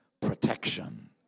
protection